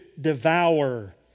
devour